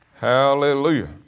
Hallelujah